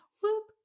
Whoop